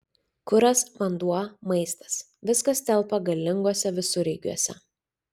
kuras vanduo maistas viskas telpa galinguose visureigiuose